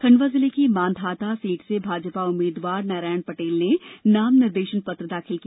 खंडवा जिले की मानधाता सीट से भाजपा उम्मीद्वार नारायण पटेल ने नाम निर्देशन पत्र दाखिल किया